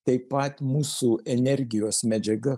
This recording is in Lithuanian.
taip pat mūsų energijos medžiaga